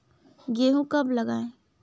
गेहूँ कब लगाएँ?